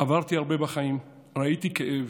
עברתי הרבה בחיים, ראיתי כאב,